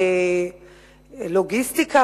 לוגיסטיקה,